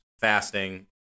fasting